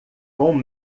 com